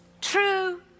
True